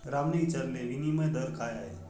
रामने विचारले, विनिमय दर काय आहे?